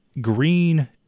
green